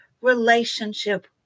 relationship